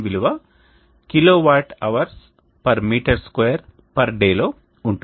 దీని విలువ kWh m2 day లో ఉంటుంది